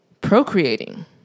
procreating